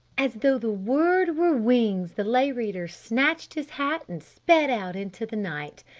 as though the word were wings the lay reader snatched his hat and sped out into the night.